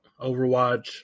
Overwatch